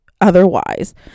otherwise